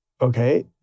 okay